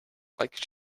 like